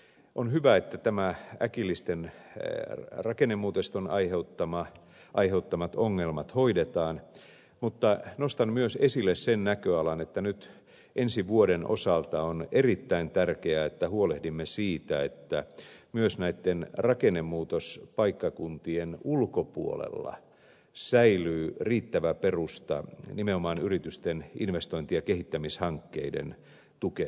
on hyvä että nämä äkillisten rakennemuutosten aiheuttamat ongelmat hoidetaan mutta nostan myös esille sen näköalan että nyt ensi vuoden osalta on erittäin tärkeää että huolehdimme siitä että myös näitten rakennemuutospaikkakuntien ulkopuolella säilyy riittävä perusta nimenomaan yritysten investointi ja kehittämishankkeiden tukemiseen